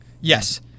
Yes